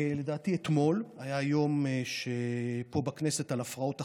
ולדעתי אתמול היה פה בכנסת יום על הפרעות אכילה.